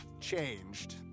changed